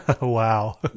Wow